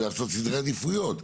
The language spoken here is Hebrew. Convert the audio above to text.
סדרי עדיפויות.